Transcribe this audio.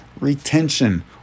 retention